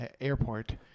airport